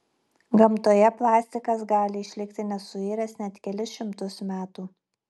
gamtoje plastikas gali išlikti nesuiręs net kelis šimtus metų